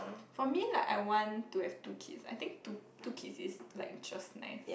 for me like I want to have two kids I think two two kids is like just nice